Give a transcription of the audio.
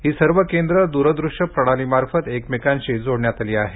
ही सर्व केंद्रं द्रदृश्य प्रणालीमार्फत एकमेकांशी जोडण्यात आली आहेत